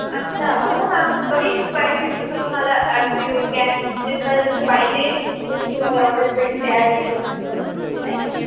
अच्छा हो मॅम कमी स्पायसीज जसं तुम्हाला ॲज यू कॅन जे तुम्हाला जसं पाहिजे तसं तुम्हाला ऑर्डर भेटते ॲज ईवर लाईक